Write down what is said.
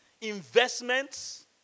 investments